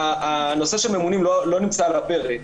הנושא של ממונים לא נמצא על הפרק.